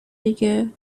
دیگه